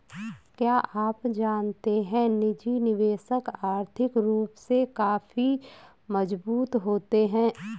क्या आप जानते है निजी निवेशक आर्थिक रूप से काफी मजबूत होते है?